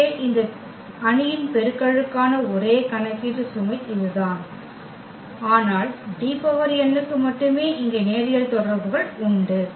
எனவே இந்த அணியின் பெருக்கலுக்கான ஒரே கணக்கீட்டு சுமை இதுதான் ஆனால் Dn க்கு மட்டுமே இங்கே நேரியல் தொடர்புகள் உண்டு